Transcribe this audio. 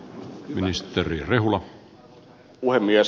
arvoisa puhemies